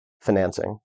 financing